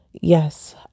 Yes